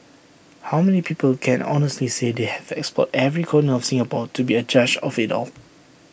how many people can honestly say they have explored every corner of Singapore to be A judge of IT all